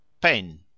pen